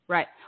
Right